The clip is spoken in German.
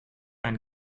ein